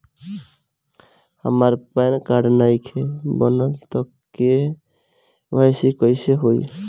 हमार PAN card नईखे बनल त के.वाइ.सी कइसे होई?